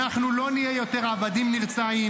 אנחנו לא נהיה יותר עבדים נרצעים,